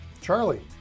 Charlie